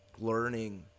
learning